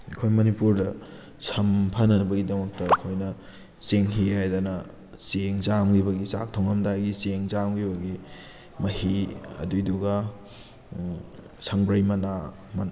ꯑꯩꯈꯣꯏ ꯃꯅꯤꯄꯨꯔꯗ ꯁꯝ ꯐꯅꯕꯒꯤꯗꯃꯛꯇ ꯑꯩꯈꯣꯏꯅ ꯆꯦꯡꯍꯤ ꯍꯥꯏꯗꯅ ꯆꯦꯡ ꯆꯥꯝꯈꯤꯕꯒꯤ ꯆꯥꯛ ꯊꯣꯡꯂꯝꯗꯥꯏꯒꯤ ꯆꯦꯡ ꯆꯥꯝꯈꯤꯕꯒꯤ ꯃꯍꯤ ꯑꯗꯨꯏꯗꯨꯒ ꯁꯪꯕ꯭ꯔꯩ ꯃꯅꯥ